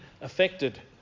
affected